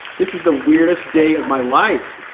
this is the weirdest day of my life!